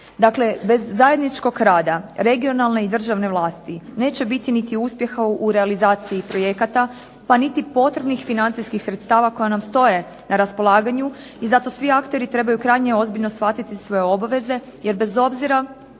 Dakle, bez zajedničkog rada regionalne i državne vlasti, neće biti niti uspjeha u realizaciji projekata, pa niti potrebnih financijskih sredstava koje nam stoje na raspolaganju i zato svi akteri trebaju krajnje ozbiljno shvatiti svoje obaveze, jer bez obzira